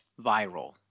viral